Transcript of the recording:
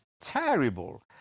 terrible